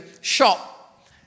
shop